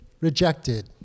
rejected